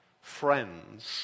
friends